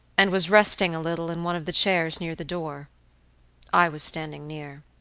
and was resting a little in one of the chairs near the door i was standing near.